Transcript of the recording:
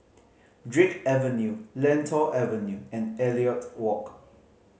Drake Avenue Lentor Avenue and Elliot Walk